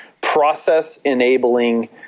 process-enabling